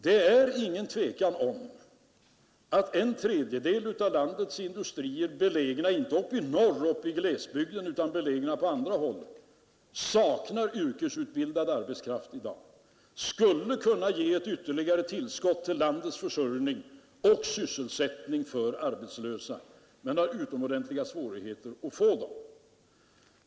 Det är inget tvivel om att den tredjedel av landets industrier — inte i glesbygden uppe i norr utan på andra håll — som i dag saknar yrkesutbildad arbetskraft men som skulle kunna ge ett ytterligare tillskott till landets försörjning och sysselsättning för de arbetslösa, har utomordentliga svårigheter med att få denna arbetskraft.